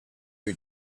who